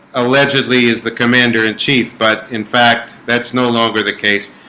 allegedly is the commander-in-chief, but in fact that's no longer the case